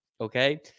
Okay